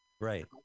Right